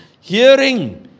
hearing